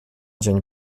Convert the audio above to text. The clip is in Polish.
dzień